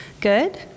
Good